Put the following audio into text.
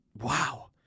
wow